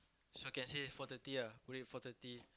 so can say four thirty lah we meet four thirty